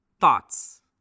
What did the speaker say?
thoughts